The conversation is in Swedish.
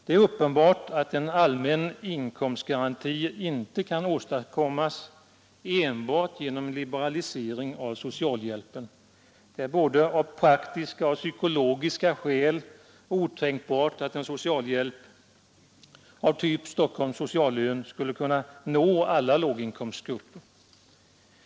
Det är uppenbart att en allmän inkomstgaranti inte kan åstadkommas enbart genom en liberalisering av socialhjälpen. Det är både av praktiska och psykologiska skäl otänkbart att en socialhjälp av typ Stockholms sociallön skulle kunna nå alla låginkomsttagare.